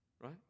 right